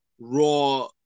raw